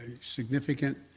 significant